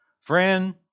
Friend